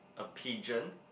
a pigeon